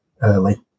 early